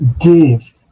give